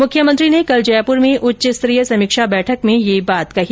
मुख्यमंत्री ने कल जयपुर में उच्च स्तरीय समीक्षा बैठक में यह बात कही